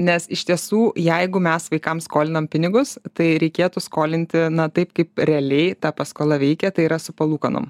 nes iš tiesų jeigu mes vaikams skolinam pinigus tai reikėtų skolinti na taip kaip realiai ta paskola veikia tai yra su palūkanom